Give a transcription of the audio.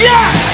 Yes